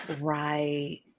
right